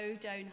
down